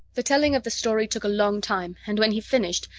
the telling of the story took a long time, and when he finished,